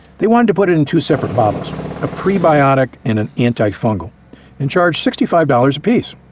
they wanted to put it in two separate bottles a prebiotics and an antifungal and charge sixty five dollars a piece,